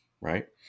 right